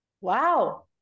wow